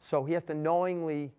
so he has to knowingly